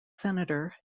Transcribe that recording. senator